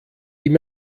ihm